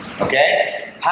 Okay